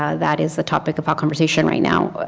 ah that is a topic of conversation right now.